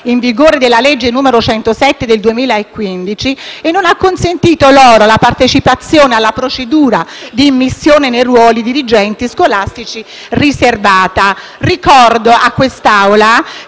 in vigore della legge n. 107 del 2015. Ciò non ha consentito loro la partecipazione alla procedura di immissione nei ruoli dei dirigenti scolastici riservata. Ricordo a quest'Aula che